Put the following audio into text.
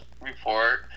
report